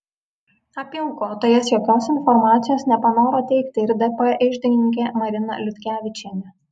apie aukotojas jokios informacijos nepanoro teikti ir dp iždininkė marina liutkevičienė